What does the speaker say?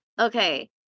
Okay